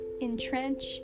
entrench